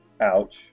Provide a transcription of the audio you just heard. Ouch